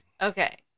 Okay